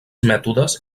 mètodes